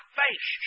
face